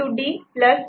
D C